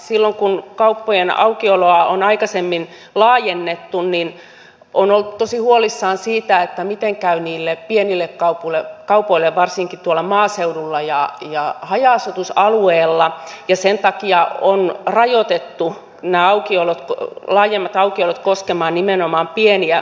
silloin kun kauppojen aukioloa on aikaisemmin laajennettu on oltu tosi huolissaan siitä miten käy pienille kaupoille varsinkin tuolla maaseudulla ja haja asutusalueella ja sen takia on rajoitettu nämä laajemmat aukiolot koskemaan nimenomaan pieniä kauppoja